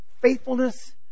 faithfulness